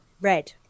Red